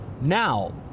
Now